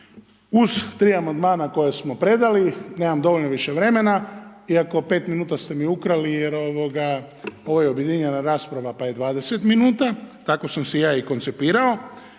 uz tri amandmana koje smo predali. Nemam dovoljno više vremena, iako 5 minuta ste mi ukrali jer ovo je objedinjena rasprava pa je 20 minuta, tako sam se ja i koncipirao.